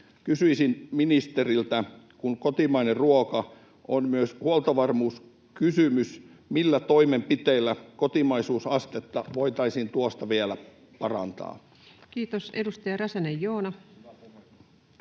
Kysyisin ministeriltä, kun kotimainen ruoka on myös huoltovarmuuskysymys, millä toimenpiteillä kotimaisuusastetta voitaisiin tuosta vielä parantaa. [Speech 229] Speaker: